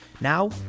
Now